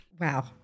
Wow